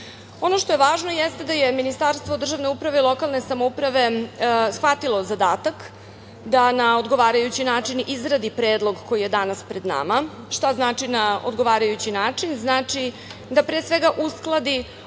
što je važno jeste da je Ministarstvo državne uprave i lokalne samouprave shvatilo zadatak da na odgovarajući način izradi predlog koji je danas pred nama. Šta znači na odgovarajući način? Znači da pre svega uskladi